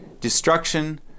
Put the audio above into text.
destruction